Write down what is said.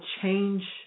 change